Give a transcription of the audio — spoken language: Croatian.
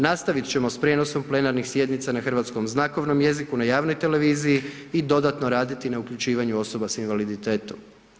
Nastavit ćemo sa prijenosom plenarnih sjednica na hrvatskom znakovnom jeziku na javnoj televiziji i dodatno raditi na uključivanju osoba sa invaliditetom.